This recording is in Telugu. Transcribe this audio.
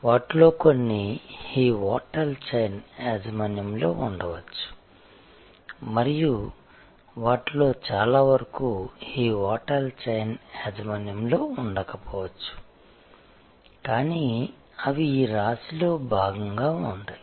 వాటిలో కొన్ని ఈ హోటల్ చైన్ యాజమాన్యంలో ఉండవచ్చు మరియు వాటిలో చాలా వరకు ఈ హోటల్ చైన్ యాజమాన్యంలో ఉండకపోవచ్చు కానీ అవి ఈ రాశిలో భాగంగా ఉంటాయి